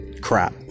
crap